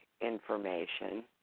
information